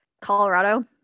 Colorado